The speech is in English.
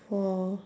poor hor